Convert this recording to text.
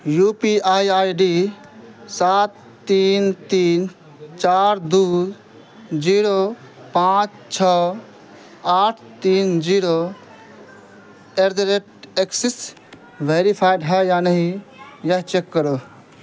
you P I I D سات تین تین چار دو جیرو پانچ چھ آٹھ تین zero at the rate axis verified ہے یا نہیں یہ چیک کرو